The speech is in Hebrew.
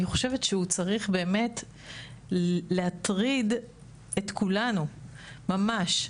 אני חושבת שהוא צריך באמת להטריד את כולנו ממש,